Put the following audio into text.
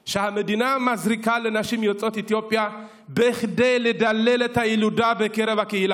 שהמדינה מזריקה לנשים יוצאות אתיופיה כדי לדלל את הילודה בקרב הקהילה.